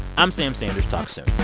i'm sam sanders. talk soon